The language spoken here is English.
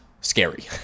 scary